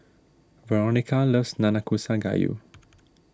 Veronica loves Nanakusa Gayu